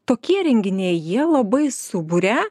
tokie renginiai jie labai suburia